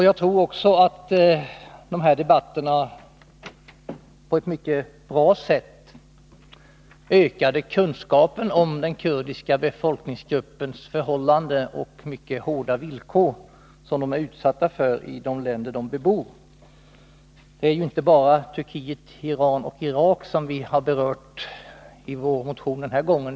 Jag tror att dessa debatter på ett mycket bra sätt ökade kunskapen om den kurdiska befolkningsgruppens förhållanden och de mycket hårda villkor som kurderna är utsatta för i de länder de bebor. Det är ju inte bara Turkiet, Iran och Irak som vi har berört i vår motion den här gången.